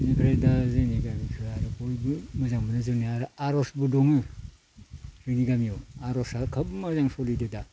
बेनिफ्राय दा जोंनि गामिखौ आरो बयबो मोजां मोनो जोंनिया आरजबो दं जोंनि गामियाव आरजआ खोब मोजां सोलिदों दा